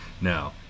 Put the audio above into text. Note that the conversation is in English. Now